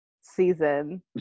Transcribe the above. season